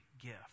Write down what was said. gift